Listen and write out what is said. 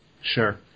Sure